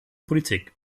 politik